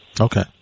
Okay